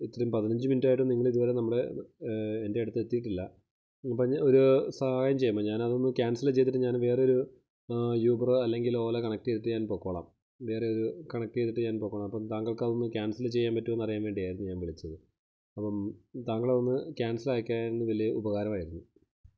ഇത്രയും പതിനഞ്ച് മിനിട്ടായിട്ടും നിങ്ങള് ഇതുവരെ നമ്മുടെ എന്റെ അടുത്ത് എത്തിയിട്ടില്ല ഒരു സഹായം ചെയ്യാമോ ഞാനതൊന്നു ക്യാന്സല് ചെയ്തിട്ട് ഞാന് വേറൊരു യൂബറോ അല്ലെങ്കില് ഓല കണക്ട് ചെയ്തിട്ട് ഞാന് പൊക്കോളാം വേറൊരു കണക്ട് ചെയ്തിട്ട് ഞാൻ പൊക്കോളാം അപ്പോൾ താങ്കള്ക്ക് അതൊന്നു ക്യാന്സല്ല് ചെയ്യാന് പറ്റുമോ എന്ന് അറിയാന് വേണ്ടി ആയിരുന്നു ഞാന് വിളിച്ചത് അപ്പം താങ്കള് അതൊന്നു ക്യാന്സല് ആക്കിയിരുന്നേൽ വലിയ ഉപകാരമായിരുന്നു